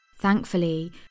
Thankfully